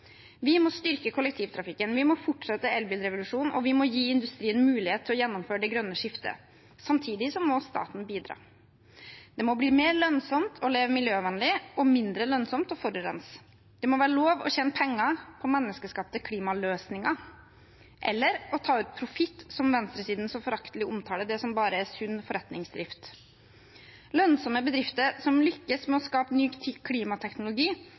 Vi må styrke kollektivtrafikken, vi må fortsette elbilrevolusjonen, og vi må gi industrien mulighet til å gjennomføre det grønne skiftet. Samtidig må staten bidra. Det må bli mer lønnsomt å leve miljøvennlig og mindre lønnsomt å forurense. Det må være lov å tjene penger på menneskeskapte klimaløsninger eller å ta ut profitt, som venstresiden så foraktelig omtaler det som bare er sunn forretningsdrift. Lønnsomme bedrifter som lykkes med å skape ny klimateknologi,